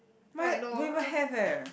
mine don't even have leh